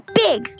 big